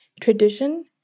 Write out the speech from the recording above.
tradition